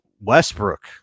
Westbrook